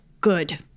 good